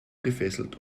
gefesselt